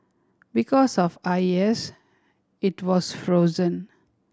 because of I S it was frozen